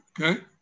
Okay